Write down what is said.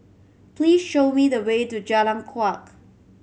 please show me the way to Jalan Kuak